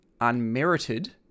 unmerited